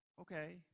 Okay